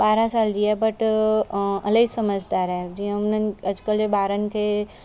ॿारहं साल जी आहे बट इलाही समझदार आहे जीअं उन्हनि अॼुकल्ह जे ॿारनि खे